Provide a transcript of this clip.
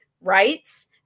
rights